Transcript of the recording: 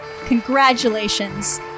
congratulations